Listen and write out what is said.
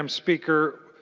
um speaker.